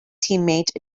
teammate